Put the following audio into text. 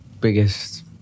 biggest